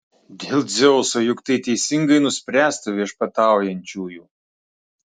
dėl dzeuso juk tai teisingai nuspręsta viešpataujančiųjų